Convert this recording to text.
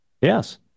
Yes